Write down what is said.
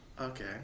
Okay